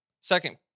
Second